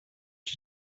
she